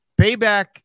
Payback